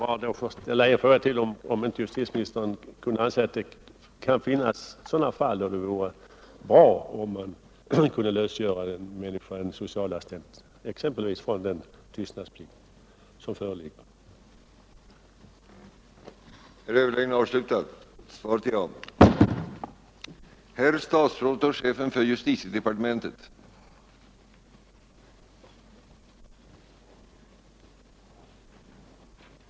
Får jag då ställa en fråga till, nämligen om justitieministern anser att det kan finnas sådana fall där det vore bra om man kunde lösgöra exempelvis en socialassistent från den tystnadsplikt som föreligger.